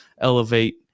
elevate